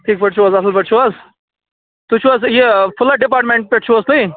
ٹھیٖک پٲٹھۍ چھِو حظ اَصٕل پٲٹھۍ چھِِو حظ تُہۍ چھِِو حظ یہِ فُلَڈ ڈِپاٹٮمٮ۪نٛٹ پٮ۪ٹھ چھِِو حظ تُہۍ